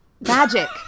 Magic